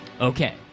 Okay